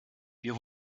wir